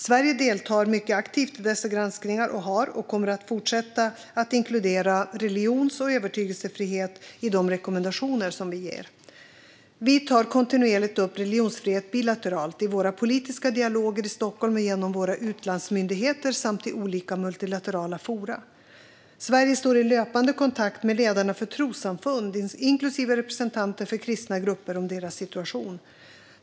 Sverige deltar aktivt i dessa granskningar och har inkluderat - och kommer att fortsätta att inkludera - religions och övertygelsefrihet i de rekommendationer vi ger. Vi tar kontinuerligt upp religionsfrihet bilateralt i våra politiska dialoger i Stockholm och genom våra utlandsmyndigheter samt i olika multilaterala forum. Sverige står i löpande kontakt med ledarna för trossamfund, inklusive representanter för kristna grupper, om deras situation.